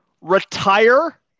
retire